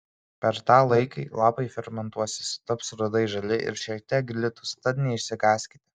per tą laiką lapai fermentuosis taps rudai žali ir šiek tiek glitūs tad neišsigąskite